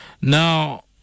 Now